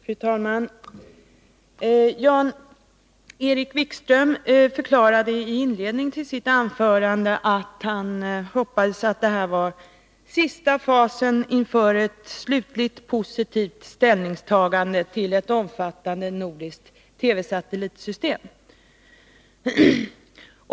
Fru talman! Jan-Erik Wikström förklarade i inledningen till sitt anförande att han hoppades att det här var den sista fasen inför ett slutligt positivt ställningstagande till ett omfattande nordiskt TV-satellitsystem.